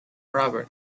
robert